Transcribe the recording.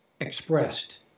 expressed